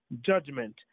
judgment